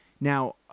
Now